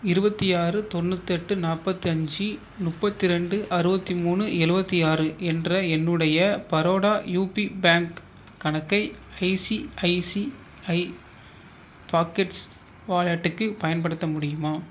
இருபத்தி ஆறு தொண்ணூத்தெட்டு நாற்பத்தஞ்சி முப்பத்தி ரெண்டு அறுபத்தி மூணு எழுபத்தி ஆறு என்ற என்னுடைய பரோடா யுபி பேங்க் கணக்கை ஐசிஐசிஐ பாக்கெட்ஸ் வாலெட்டுக்கு பயன்படுத்த முடியுமா